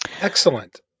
Excellent